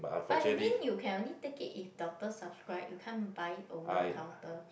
but you mean you can only take it if doctor subscribe you can't buy it over the counter